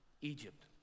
Egypt